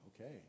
Okay